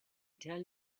tell